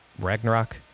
Ragnarok